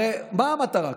הרי מה המטרה כאן?